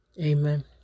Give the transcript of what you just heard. Amen